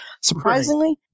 Surprisingly